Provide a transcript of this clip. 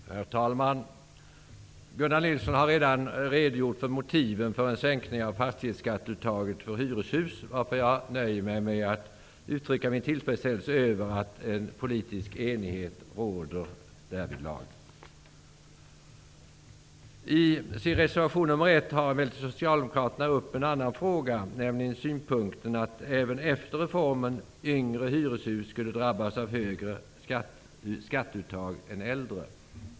Herr talman! Gunnar Nilsson har redan redogjort för motiven för en sänkning av fastighetsskatteuttaget för hyreshus, varför jag nöjer mig med att uttrycka min tillfredsställelse över att politisk enighet råder därvidlag. I reservation nr 1 tar Socialdemokraterna emellertid upp en annan sak, nämligen synpunkten att yngre hyreshus även efter reformen skulle drabbas av högre skatteuttag än äldre.